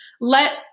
let